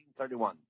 1931